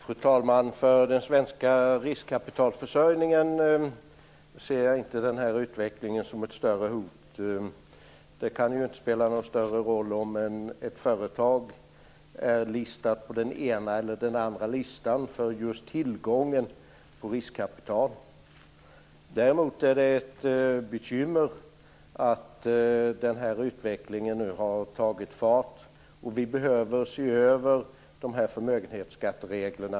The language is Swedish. Fru talman! Jag ser inte den här utvecklingen som något större hot för den svenska riskkapitalförsörjningen. Det kan ju inte spela någon större roll om ett företag är noterat på den ena eller den andra listan just när det gäller tillgången på riskkapital. Däremot är det ett bekymmer att den här utvecklingen nu har tagit fart. Vi behöver se över dessa förmögenhetsskatteregler.